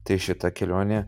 tai šita kelionė